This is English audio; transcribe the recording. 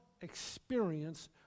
experience